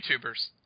YouTubers